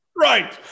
Right